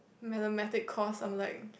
mathematic course I am like